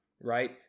Right